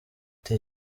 icyo